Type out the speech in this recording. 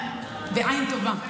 בעין טובה.